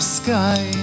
sky